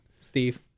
steve